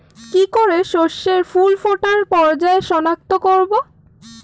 কি করে শস্যের ফুল ফোটার পর্যায় শনাক্ত করব?